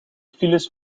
files